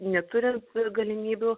neturi galimybių